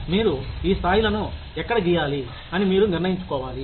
మీరు ఈ స్థాయిలను ఎక్కడ గీయాలి అని మీరు నిర్ణయించుకోవాలి